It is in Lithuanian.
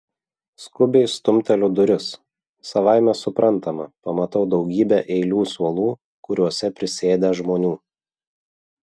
skubiai stumteliu duris savaime suprantama pamatau daugybę eilių suolų kuriuose prisėdę žmonių